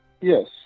Yes